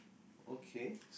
okay